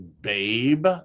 Babe